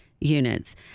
units